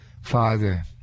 Father